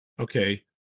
okay